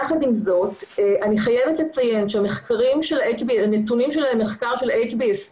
יחד עם זאת אני חייבת לציין שהנתונים של המחקר של HBFC